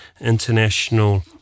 international